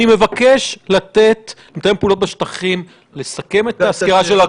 אני מבקש לתת למתאם פעולות בשטחים לסכם את הסקירה שלו.